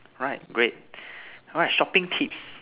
right great alright shopping tips